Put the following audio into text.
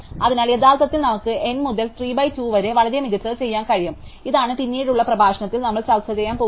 അതിനാൽ യഥാർത്ഥത്തിൽ നമുക്ക് N മുതൽ 3 by 2 വരെ വളരെ മികച്ചത് ചെയ്യാൻ കഴിയും ഇതാണ് പിന്നീടുള്ള പ്രഭാഷണത്തിൽ നമ്മൾ ചർച്ച ചെയ്യാൻ പോകുന്നത്